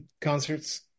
concerts